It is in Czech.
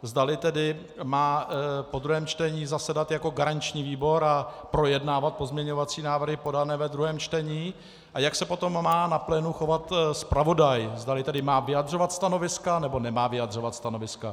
Zdali tedy má po druhém čtení zasedat jako garanční výbor a projednávat pozměňovací návrhy podané ve druhém čtení a jak se potom má na plénu chovat zpravodaj zdali tedy má vyjadřovat stanoviska, nebo nemá vyjadřovat stanoviska.